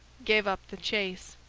gave up the chase.